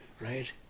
right